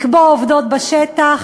לקבוע עובדות בשטח,